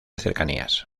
cercanías